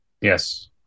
Yes